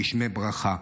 גשמי ברכה.